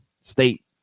state